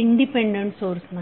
independent source नाही